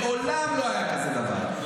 מעולם לא היה כזה דבר.